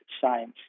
science